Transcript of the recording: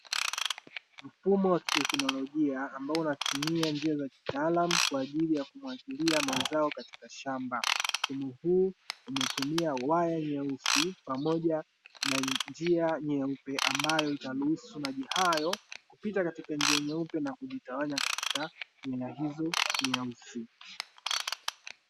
Mfumo wa kiteknolojia ambao unatumia njia za kitaalamu kwa ajili ya kumwagilia mazao katika shamba, mfumo huu umetumia waya nyeusi pamoja na njia nyeupe ambayo inaruhusu maji hayo kupita katika njia nyeupe na kujitawanya katika nyaya hizo nyeusi.